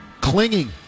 clinging